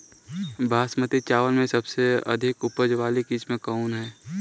बासमती चावल में सबसे अधिक उपज वाली किस्म कौन है?